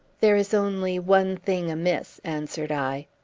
there is only one thing amiss, answered i.